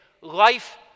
life